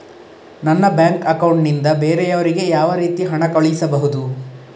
ನನ್ನ bank account ನಿಂದ ಬೇರೆಯವರಿಗೆ ಯಾವ ರೀತಿ ಹಣ ಕಳಿಸಬಹುದು?